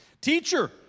Teacher